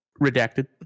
redacted